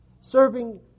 Serving